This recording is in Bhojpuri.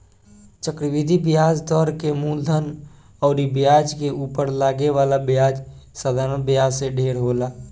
चक्रवृद्धि ब्याज दर के मूलधन अउर ब्याज के उपर लागे वाला ब्याज साधारण ब्याज से ढेर होला